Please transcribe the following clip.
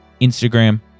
Instagram